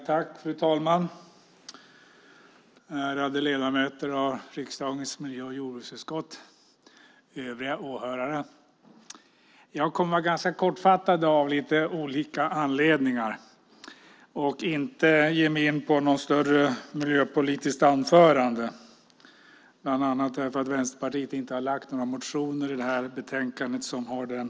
Fru talman! Ärade ledamöter av riksdagens miljö och jordbruksutskott och övriga åhörare! Jag kommer att vara ganska kortfattad av olika anledningar och inte ge mig in på något längre miljöpolitiskt anförande. Det beror bland annat på att Vänsterpartiet inte har väckt några motioner med den inriktningen i det här ärendet.